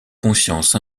conscience